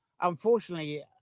unfortunately